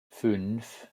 fünf